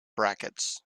brackets